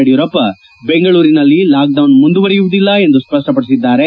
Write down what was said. ಯಡಿಯೂರಪ್ಪ ಬೆಂಗಳೂರಿನಲ್ಲಿ ಲಾಕ್ಡೌನ್ ಮುಂದುವರಿಯುವುದಿಲ್ಲ ಎಂದು ಸ್ಪಷ್ಪಡಿಸಿದ್ದಾರೆ